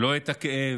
לא את הכאב